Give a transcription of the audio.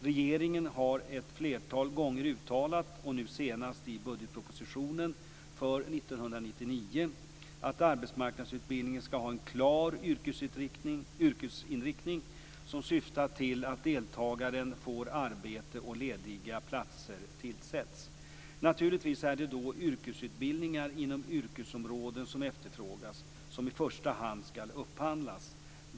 Regeringen har ett flertal gånger uttalat, nu senast i budgetpropositionen för 1999, att arbetsmarknadsutbildningen skall ha en klar yrkesinriktning som syftar till att deltagaren får arbete och lediga platser tillsätts. Naturligtvis är det då yrkesutbildningar inom yrkesområden som efterfrågas som i första hand skall upphandlas.